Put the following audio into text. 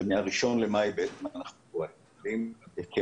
ומה-1 במאי בעצם אנחנו פועלים כמטה.